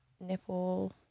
nipple